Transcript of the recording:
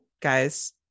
Guys